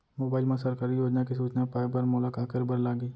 mobile मा सरकारी योजना के सूचना पाए बर मोला का करे बर लागही